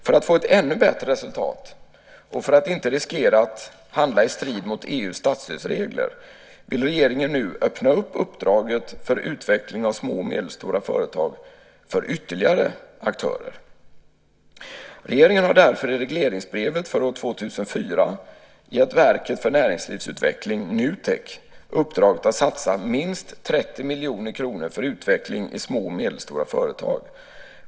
För att få ett ännu bättre resultat, och för att inte riskera att handla i strid mot EU:s statsstödsregler, vill regeringen nu öppna upp uppdraget för utveckling av små och medelstora företag för ytterligare aktörer. Regeringen har därför i regleringsbrevet för år 2004 gett Verket för näringslivsutveckling, Nutek, uppdraget att satsa minst 30 miljoner kronor för utveckling i små och medelstora företag.